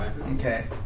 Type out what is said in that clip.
Okay